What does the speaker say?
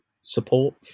Support